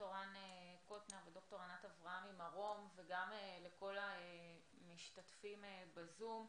ד"ר רן קוטנר וד"ר ענת אברהמי מרום וגם לכל המשתתפים בזום,